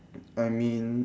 I mean